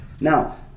Now